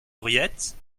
henriette